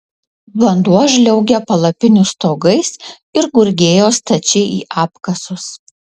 vanduo žliaugė palapinių stogais ir gurgėjo stačiai į apkasus